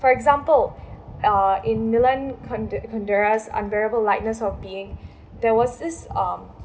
for example uh in milan kundera's unbearable lightness of being there was this um